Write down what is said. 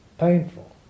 painful